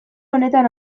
honetan